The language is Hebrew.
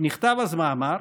נכתב אז מאמר,